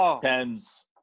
Tens